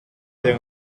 then